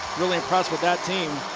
really impressed with that team.